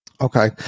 Okay